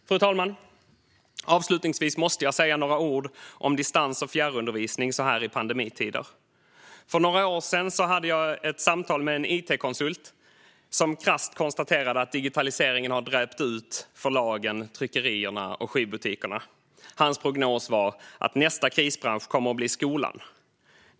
Fru talman! Avslutningsvis måste jag säga några ord om distans och fjärrundervisning så här i pandemitider. För några år sedan hade jag ett samtal med en it-konsult som krasst konstaterade att digitaliseringen har dräpt förlagen, tryckerierna och skivbutikerna. Hans prognos var att nästa krisbransch kommer att bli skolan.